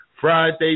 Friday